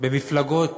במפלגות